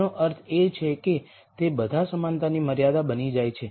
તેનો અર્થ એ કે તે બધા સમાનતાની મર્યાદા બની જાય છે